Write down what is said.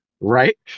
Right